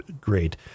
great